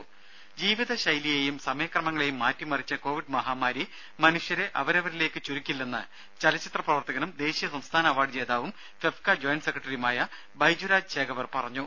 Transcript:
രംഭ ജീവിത ശൈലിയേയും സമയക്രമങ്ങളേയും മാറ്റിമറിച്ച കോവിഡ് മഹാമാരി മനുഷ്യരെ അവരവരിലേക്ക് ചുരുക്കില്ലെന്ന് ചലച്ചിത്ര പ്രവർത്തകനും ദേശീയ സംസ്ഥാന അവാർഡ് ജേതാവും ഫെഫ്ക ജോയിന്റ് സെക്രട്ടറിയുമായ ബൈജു രാജ് ചേകവർ പറഞ്ഞു